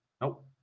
Nope